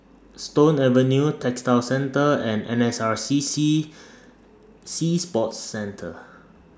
Stone Avenue Textile Centre and N S R C C Sea Sports Centre